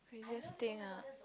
craziest thing ah